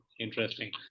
interesting